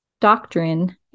doctrine